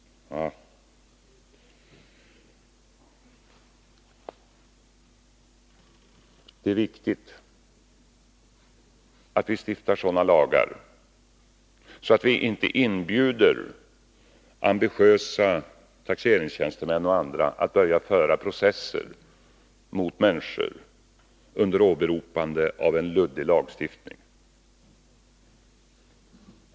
Det är viktigt att vi slipper lagar som inbjuder ambitiösa regeringstjänstemän och andra att börja föra processer mot människor under åberopande av en luddig lagstiftning.